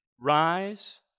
rise